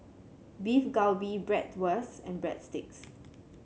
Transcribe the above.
Beef Galbi Bratwurst and Breadsticks